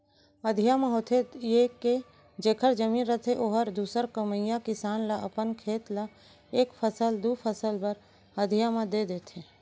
अधिया म होथे ये के जेखर जमीन रथे ओहर दूसर कमइया किसान ल अपन खेत ल एक फसल, दू फसल बर अधिया म दे देथे